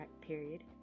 period